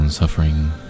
Suffering